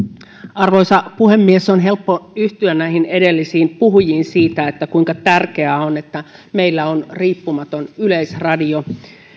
arvoisa puhemies on helppo yhtyä näihin edellisiin puhujiin siitä kuinka tärkeää on että meillä on riippumaton yleisradio